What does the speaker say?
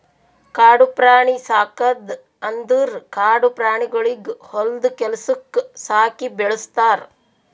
ಕಾಡು ಪ್ರಾಣಿ ಸಾಕದ್ ಅಂದುರ್ ಕಾಡು ಪ್ರಾಣಿಗೊಳಿಗ್ ಹೊಲ್ದು ಕೆಲಸುಕ್ ಸಾಕಿ ಬೆಳುಸ್ತಾರ್